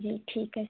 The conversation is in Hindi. जी ठीक है